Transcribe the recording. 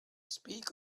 speak